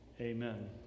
Amen